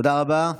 תודה רבה.